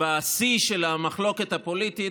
בשיא של המחלוקת הפוליטית,